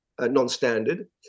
non-standard